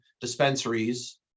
dispensaries